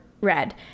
red